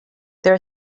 there